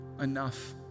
enough